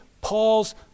Paul's